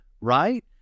right